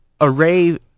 array